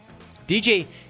DJ